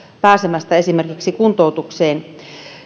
pääsemästä esimerkiksi kuntoutukseen